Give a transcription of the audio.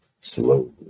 Slowly